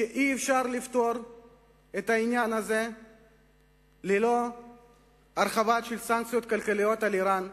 שאי-אפשר לפתור את העניין הזה ללא הרחבה של סנקציות כלכליות על אירן.